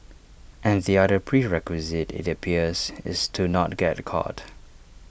and the other prerequisite IT appears is to not get caught